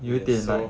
yes so